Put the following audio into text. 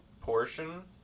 portion